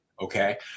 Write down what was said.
okay